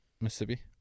Mississippi